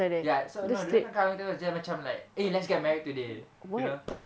ya so dia orang cuddle cuddle dia macam like eh let's get married today you know